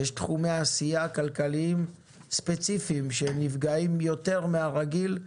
יש תחומי עשייה כלכליים ספציפיים שנפגעים יותר מהרגיל.